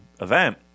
event